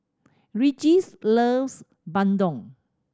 Regis loves Bandung